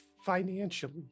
financially